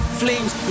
flames